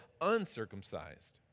uncircumcised